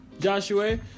Joshua